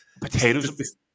potatoes